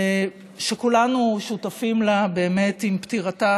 שכולנו שותפים לה, באמת, עם פטירתה